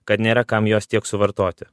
kad nėra kam jos tiek suvartoti